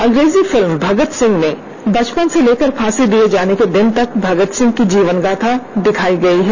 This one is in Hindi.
अंग्रेजी फिल्म भगत सिंह में बचपन से लेकर फांसी दिए जाने के दिन तक भगत सिंह की जीवनगाथा े दिखाया गया है